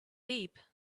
deep